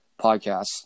podcasts